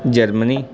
Germany